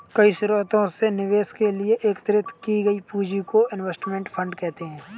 कई स्रोतों से निवेश के लिए एकत्रित की गई पूंजी को इनवेस्टमेंट फंड कहते हैं